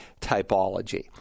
typology